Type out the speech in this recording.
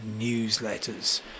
newsletters